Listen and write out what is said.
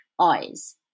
eyes